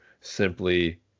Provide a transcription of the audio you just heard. simply